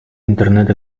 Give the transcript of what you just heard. internet